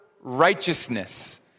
righteousness